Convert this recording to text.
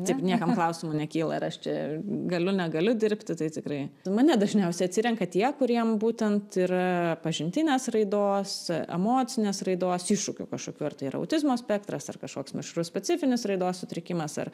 taip niekam klausimų nekyla ir aš čia galiu negaliu dirbti tai tikrai mane dažniausiai atsirenka tie kuriem būtent yra pažintinės raidos emocinės raidos iššūkių kažkokių ar tai yra autizmo spektras ar kažkoks mišrus specifinis raidos sutrikimas ar